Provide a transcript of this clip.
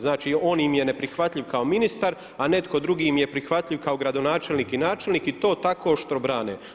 Znači, on im je neprihvatljiv kao ministar, a netko drugi im je prihvatljiv kao gradonačelnik i načelnik i to tako oštro brane.